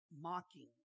mocking